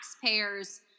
taxpayer's